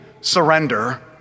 surrender